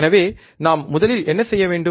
எனவே நாம் முதலில் என்ன செய்ய வேண்டும்